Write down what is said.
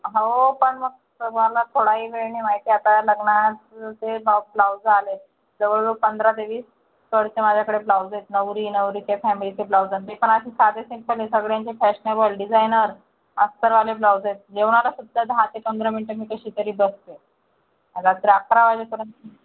हो पण मग मला थोडा ही वेळ नाही माहिती आहे आता लग्नाचं चे ब्ला ब्लॉउज आलेत जवळजवळ पंधरा ते वीस पोरींचे माझ्याकडे ब्लॉउज नवरी नवरीचे फॅमिलीचे ब्लॉउज आहेत ते पण असे साधे सिम्पल नाही सगळ्यांचे फॅशनेबल डिझाइनर अस्तरवाले ब्लॉउज आहेत जेवणाला सुद्धा दहा ते पंधरा मिनटं मी कशीतरी बसते रात्री अकरा वाजेपर्यंत